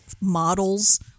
models